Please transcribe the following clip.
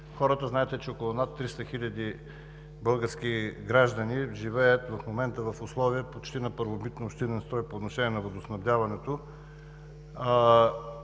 хората. Знаете, че около над 300 000 български граждани живеят в момента в условия почти на първобитнообщинен строй по отношение на водоснабдяването.